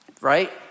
Right